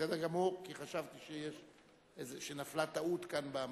בסדר גמור, כי חשבתי שנפלה טעות כאן, במחשב.